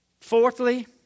Fourthly